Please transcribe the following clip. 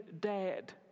dead